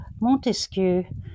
Montesquieu